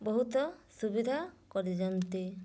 ବହୁତ ସୁବିଧା କରିଛନ୍ତି